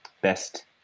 best